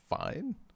fine